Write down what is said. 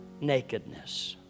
nakedness